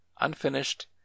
unfinished